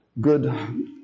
good